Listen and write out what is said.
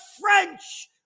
French